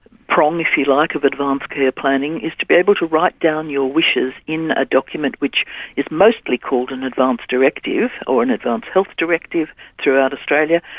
prong, if you like, of advance care planning is to be able to write down your wishes in a document which is mostly called an advance directive or an advance health directive throughout australia.